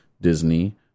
Disney